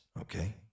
okay